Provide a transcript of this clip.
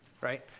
right